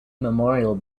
memorial